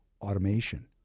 automation